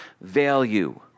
value